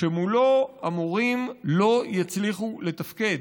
שמולו המורים לא יצליחו לתפקד.